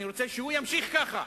אני רוצה שהוא ימשיך ככה.